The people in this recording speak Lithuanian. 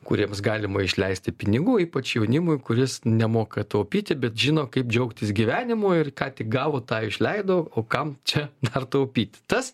kuriems galima išleisti pinigų ypač jaunimui kuris nemoka taupyti bet žino kaip džiaugtis gyvenimu ir ką tik gavo tą išleido o kam čia dar taupyti tas